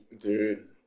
Dude